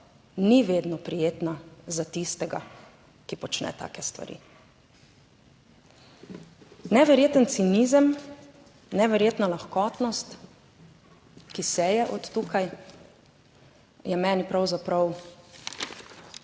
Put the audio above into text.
ni vedno prijetna za tistega, ki počne take stvari. Neverjeten cinizem, neverjetna lahkotnost, ki seje od tukaj, je meni pravzaprav